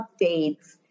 updates